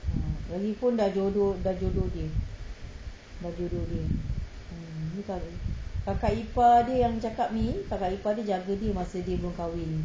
uh lagipun dah jodoh dah jodoh dia dah jodoh dia kakak ipar dia yang cakap ni kakak ipar dia jaga dia masa dia belum kahwin